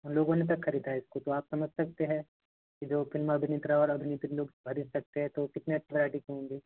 उन लोगों ने तक खरीदा है इसको तो आप समझ सकते है कि जो फ़िल्म अभिनेता और अभिनेत्री लोग खरीद सकते हैं तो कितना अच्छा एडिशन होंगे